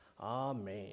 Amen